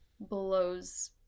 blows